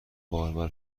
باربر